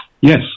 Yes